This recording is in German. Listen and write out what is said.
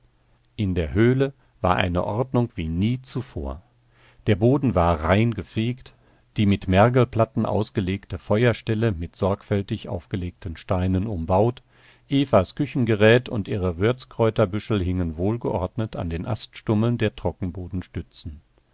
in der höhle war eine ordnung wie nie zuvor der boden war reingefegt die mit mergelplatten ausgelegte feuerstelle mit sorgfältig aufgelegten steinen umbaut evas küchengerät und ihre würzkräuterbüschel hingen wohlgeordnet an den aststummeln der